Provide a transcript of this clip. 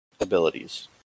abilities